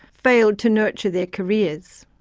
failed to nurture their careers.